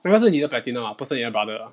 那个是你的 platinum 啊不是你的 brother 啊